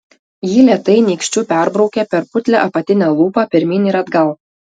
ji lėtai nykščiu perbraukė per putlią apatinę lūpą pirmyn ir atgal